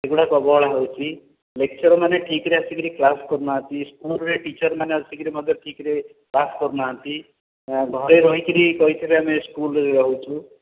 ଏଗୁଡ଼ା ପ୍ରବଳ ହେଉଛି ଲେକଚର୍ ମାନେ ଠିକରେ ଆସିକି କ୍ଲାସ କରୁନାହାନ୍ତି ସ୍କୁଲରେ ଟିଚର୍ ମାନେ ଆସିକି ଠିକରେ କ୍ଲାସ କରୁନାହାନ୍ତି ଘରେ ରହିକି କହିଥିବେ ଆମେ ସ୍କୁଲରେ ରହୁଛୁ